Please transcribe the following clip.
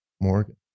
Morgan